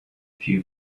few